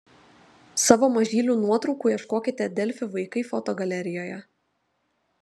savo mažylių nuotraukų ieškokite delfi vaikai fotogalerijoje